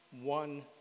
one